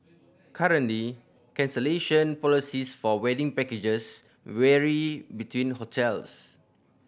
currently cancellation policies for wedding packages vary between hotels